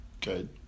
good